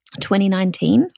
2019